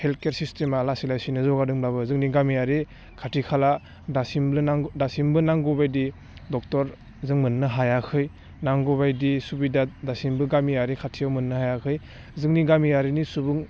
healthcare सिस्टेमा लासै लासैनो जौगादोंब्लाबो जोंनि गामियारि खाथि खाला दासिमबो नांगौ दासिमबो नांगौ बायदि डक्टर जों मोननो हायाखै नांगौबायदि सुबिदा दासिमबो गामियारि खाथियाव मोननो हायाखै जोंनि गामियारिनि सुबुं